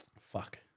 Fuck